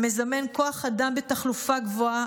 המזמן כוח אדם בתחלופה גבוהה,